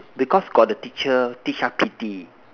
because got the teacher teach us P_T